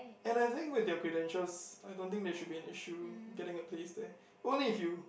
and I think with your credentials I don't think there should be an issue getting a place there only if you